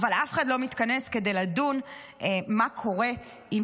אבל אף אחד לא מתכנס כדי לדון מה קורה עם